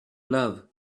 love